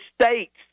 States